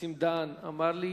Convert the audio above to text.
נסים דהן אמר לי